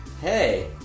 Hey